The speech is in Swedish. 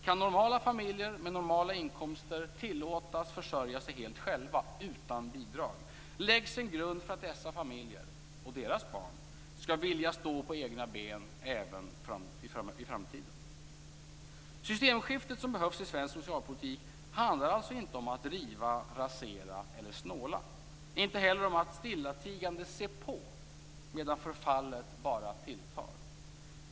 Kan normala familjer med normala inkomster tillåtas försörja sig helt själva utan bidrag läggs en grund för att dessa familjer och deras barn skall vilja stå på egna ben även i framtiden. Systemskiftet som behövs i svensk socialpolitik handlar alltså inte om att riva, rasera eller snåla, inte heller om att stillatigande se på medan förfallet bara tilltar.